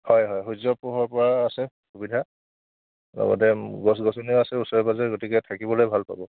হয় হয় সূৰ্য্যৰ পোহৰ পৰাও আছে সুবিধা লগতে গছ গছনিও আছে ওচৰে পাঁজৰে গতিকে থাকিবলৈ ভাল পাব